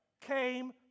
came